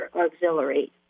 Auxiliary